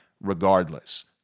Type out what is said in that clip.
regardless